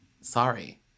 sorry